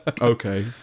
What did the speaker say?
Okay